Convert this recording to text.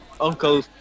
uncle